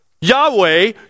Yahweh